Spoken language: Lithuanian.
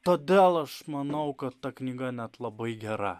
todėl aš manau kad ta knyga net labai gera